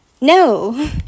No